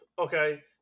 okay